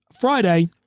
Friday